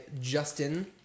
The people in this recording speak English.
Justin